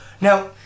Now